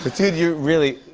but dude, you're really,